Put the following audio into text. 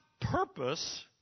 purpose